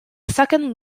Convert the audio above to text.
second